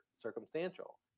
circumstantial